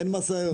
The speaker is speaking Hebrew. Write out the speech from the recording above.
אין משאיות.